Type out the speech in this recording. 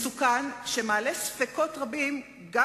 מסוכן, שמעלה ספקות רבים גם